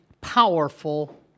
powerful